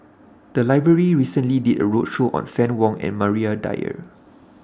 The Library recently did A roadshow on Fann Wong and Maria Dyer